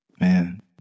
Man